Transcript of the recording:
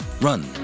run